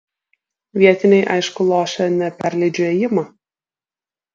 vietiniai aišku lošia ne perleidžiu ėjimą